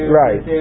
right